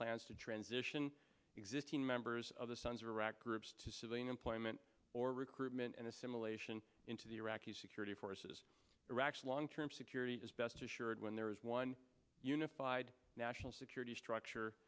plans to transition existing members of the sons of iraq groups to civilian employment or recruitment and assimilation into the iraqi security forces long term security is best assured when there is one unified national security structure